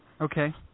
okay